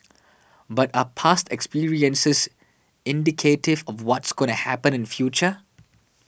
but are past experiences indicative of what's gonna happen in future